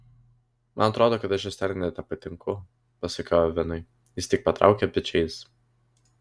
man atrodo kad aš esterai net nepatinku pasakiau ovenui jis tik patraukė pečiais